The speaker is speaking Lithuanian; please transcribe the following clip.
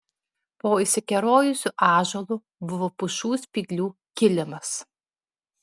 po išsikerojusiu ąžuolu buvo pušų spyglių kilimas